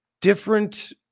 different